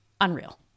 Unreal